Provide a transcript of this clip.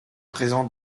présents